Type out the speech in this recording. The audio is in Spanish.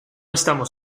estamos